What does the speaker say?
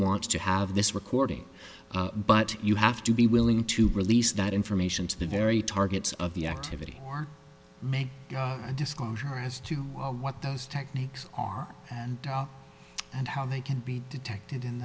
want to have this recording but you have to be willing to release that information to the very targets of the activity or make a disclosure as to what those techniques are and and how they can be detected in